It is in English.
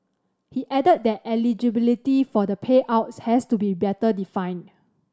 he added that eligibility for the payout has to be better defined